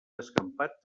descampat